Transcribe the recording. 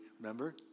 remember